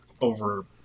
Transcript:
over